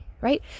right